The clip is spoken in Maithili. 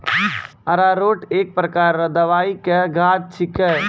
अरारोट एक प्रकार रो दवाइ के गाछ छिके